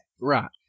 Right